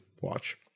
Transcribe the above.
watch